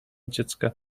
dziecka